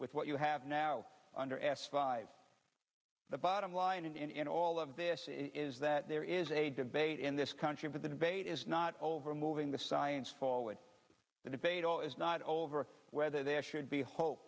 with what you have now under s five the bottom line in all of this is that there is a debate in this country that the debate is not over moving the science forward the debate all is not over whether there should be hope